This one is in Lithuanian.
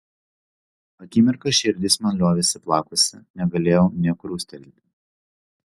akimirką širdis man liovėsi plakusi negalėjau nė krustelėti